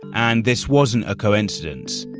and this wasn't a coincidence.